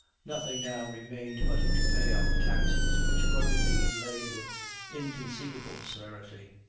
nothing now remained but to pay our taxes, which were indeed laid with inconceivable severity.